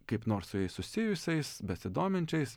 kaip nors su jais susijusiais besidominčiais